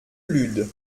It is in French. lude